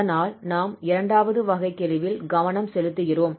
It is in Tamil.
அதனால் நாம் இரண்டாவது வகைக்கெழுவில் கவனம் செலுத்துகிறோம்